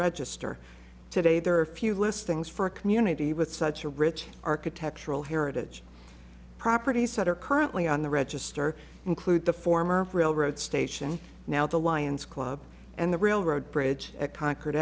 register today there are few listings for a community with such a rich architectural heritage properties that are currently on the register include the former railroad station now the lions club and the railroad bridge at con